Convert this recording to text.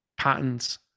patterns